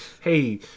hey